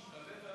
השתלט,